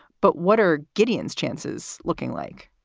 but what are gideon's chances looking like?